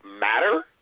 Matter